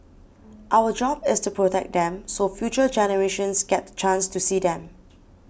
our job is to protect them so future generations get the chance to see them